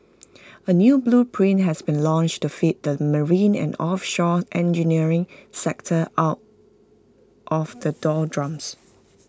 A new blueprint has been launched to lift the marine and offshore engineering sector out of the doldrums